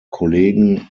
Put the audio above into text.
kollegen